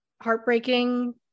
heartbreaking